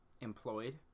employed